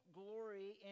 glory